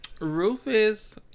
Rufus